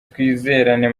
twizerane